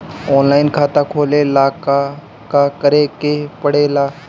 Online खाता खोले ला का का करे के पड़े ला?